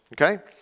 Okay